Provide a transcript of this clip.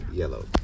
yellow